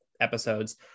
episodes